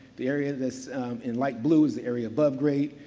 the area that's in light blue is the area above gray.